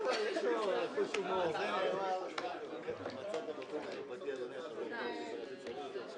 הישיבה ננעלה בשעה 10:50.